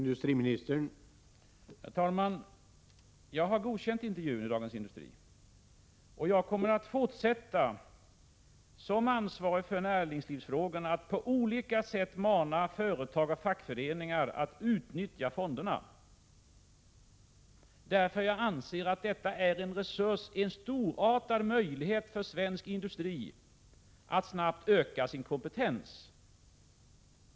Herr talman! Jag har godkänt intervjun i Dagens Industri. Som ansvarig för näringslivsfrågorna kommer jag att på olika sätt fortsätta att mana företag och fackföreningar att utnyttja fonderna, därför att jag anser att de innebär en storartad möjlighet för svensk industri att snabbt öka sin kompetens.